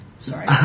Sorry